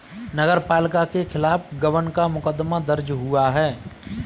नगर पालिका के खिलाफ गबन का मुकदमा दर्ज हुआ है